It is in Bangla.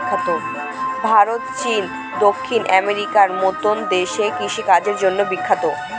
ভারত, চীন, দক্ষিণ আমেরিকার মতো দেশ কৃষিকাজের জন্য বিখ্যাত